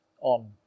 on